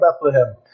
Bethlehem